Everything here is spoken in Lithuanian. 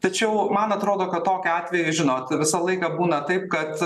tačiau man atrodo kad tokiu atveju žinot visą laiką būna taip kad